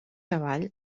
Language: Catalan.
avall